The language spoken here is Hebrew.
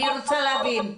אני רוצה להבין.